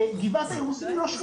גבעת האירוסים לא שמורת טבע.